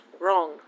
wrong